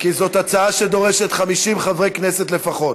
כי זאת הצעה שדורשת 50 חברי כנסת לפחות,